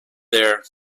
there